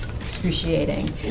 excruciating